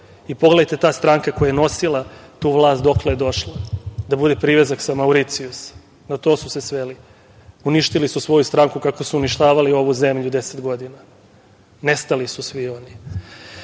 gledaju. Pogledajte ta stranka, koja je nosila tu vlast, dokle je došla? Da bude privezak sa Mauricijusa, na to su se sveli. Uništili su svoju stranku kako su uništavali ovu zemlju deset godina. Nestali su svi